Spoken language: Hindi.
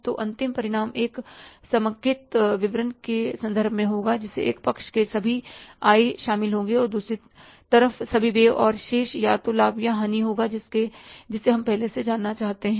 तो अंतिम परिणाम एक समेकित विवरण के संदर्भ में होगा जिसमें एक पक्ष के सभी आय शामिल होंगे दूसरी तरफ सभी व्यय और शेष या तो लाभ या हानि होगी जिसे हम पहले से जानना चाहते हैं